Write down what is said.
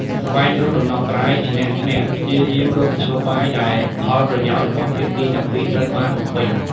ស្វែងរកដំណោះស្រាយឈ្នះ-ឈ្នះ ព្យាយាមស្វែងរកមធ្យោបាយដែលផលប្រយោជន៍របស់ភាគីទាំងពីរត្រូវបានបំពេញ។